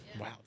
wow